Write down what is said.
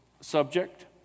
subject